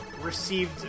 Received